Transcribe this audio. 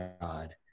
God